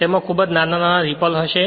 તેમાં ખૂબ જ નાના રીપલ હશે